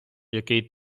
який